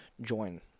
join